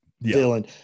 villain